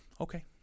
Okay